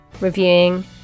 reviewing